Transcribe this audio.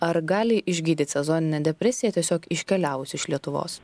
ar gali išgydyt sezoninę depresiją tiesiog iškeliavus iš lietuvos